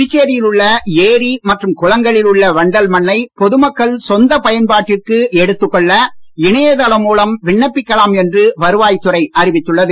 புதுச்சேரியில் உள்ள ஏரி மற்றும் குளங்களில் உள்ள வண்டல் மண்ணை பொதுமக்கள் சொந்தப் பயன்பாட்டிற்கு எடுத்துக் கொள்ள இணைய தளம் மூலம் விண்ணப்பிக்கலாம் என்று வருவாய்த் துறை அறிவித்துள்ளது